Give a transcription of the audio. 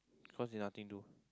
cause they nothing do